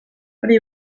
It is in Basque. hori